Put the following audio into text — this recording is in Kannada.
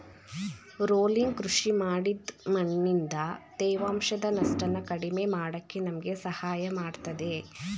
ರೋಲಿಂಗ್ ಕೃಷಿ ಮಾಡಿದ್ ಮಣ್ಣಿಂದ ತೇವಾಂಶದ ನಷ್ಟನ ಕಡಿಮೆ ಮಾಡಕೆ ನಮ್ಗೆ ಸಹಾಯ ಮಾಡ್ತದೆ